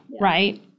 right